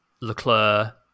Leclerc